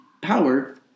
power